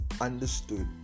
understood